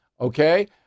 Okay